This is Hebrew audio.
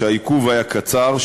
שהעיכוב היה קצר,